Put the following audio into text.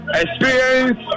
experience